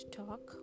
talk